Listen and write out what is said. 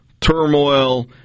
turmoil